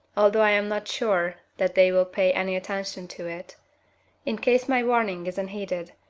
although i am not sure that they will pay any attention to it in case my warning is unheeded,